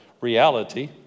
reality